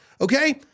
okay